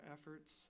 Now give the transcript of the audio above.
efforts